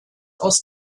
aus